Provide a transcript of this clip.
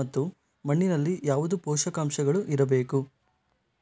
ಮತ್ತು ಮಣ್ಣಿನಲ್ಲಿ ಯಾವುದು ಪೋಷಕಾಂಶಗಳು ಇರಬೇಕು?